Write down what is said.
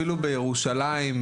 אפילו בירושלים,